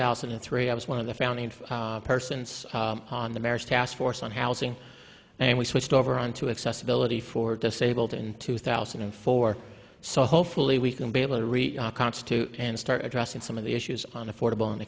thousand and three i was one of the founding for persons on the marriage taskforce on housing and we switched over on to accessibility for disabled in two thousand and four so hopefully we can be able to reach constitute and start addressing some of the issues on affordable and